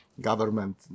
government